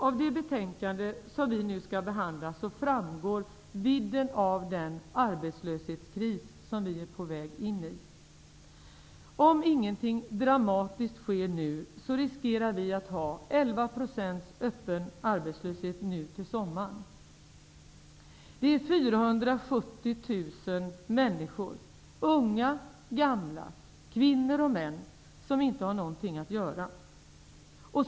Av det betänkande som vi nu skall behandla framgår vidden av den arbetslöshetskris som vi är på väg in i. Om ingenting dramatiskt sker nu, riskerar vi att få 11 % öppet arbetslösa nu till sommaren. Det är 470 000 människor -- unga, gamla, kvinnor och män -- som inte har någonting att göra.